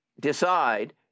decide